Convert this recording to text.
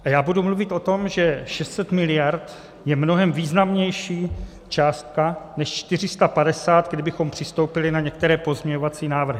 A já budu mluvit o tom, že 600 mld. je mnohem významnější částka než 450, kdybychom přistoupili na některé pozměňovací návrhy.